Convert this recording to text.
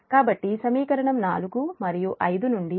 కాబట్టి సమీకరణం మరియు నుండి ఇక్కడ ఇది Va1Va2